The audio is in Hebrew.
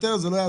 זה לא קל